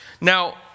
Now